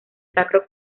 sacro